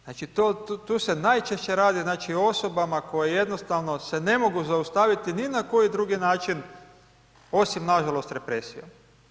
Znači to, tu se najčešće radi znači o osobama koje jednostavno se ne mogu zaustaviti ni na koji drugi način osim nažalost represijom.